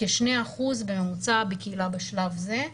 כשני אחוזים בממוצע בקהילה בשלב הזה.